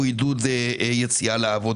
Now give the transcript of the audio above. אבל